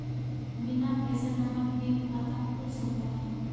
बिना पैसा जमा किए खाता खुल सक है?